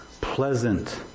Pleasant